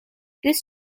this